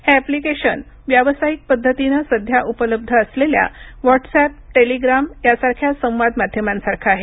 हे अॅप्लिकेशन व्यावसायिक पद्धतीनं सध्या उपलब्ध असलेल्या व्हाट्सअॅप टेलीग्राम यासारख्या संवाद माध्यमांसारखं आहे